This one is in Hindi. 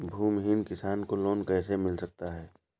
भूमिहीन किसान को लोन कैसे मिल सकता है?